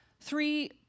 three